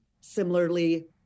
similarly